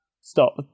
stop